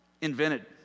invented